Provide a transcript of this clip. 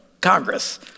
Congress